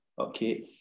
Okay